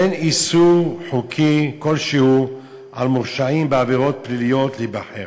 אין איסור חוקי כלשהו על מורשעים בעבירות פליליות להיבחר,